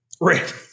right